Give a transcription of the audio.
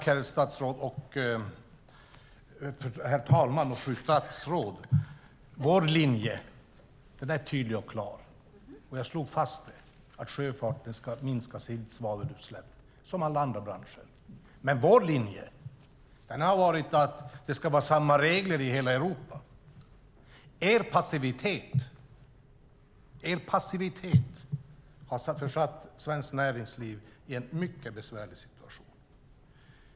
Herr talman! Tack, fru statsrådet! Vår linje är tydlig och klar. Jag slog fast att sjöfarten ska minska sina svavelutsläpp som alla andra branscher. Vår linje har varit att det ska vara samma regler i hela Europa. Er passivitet har försatt svenskt näringsliv i en mycket besvärlig situation.